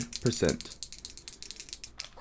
percent